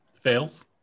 Fails